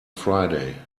friday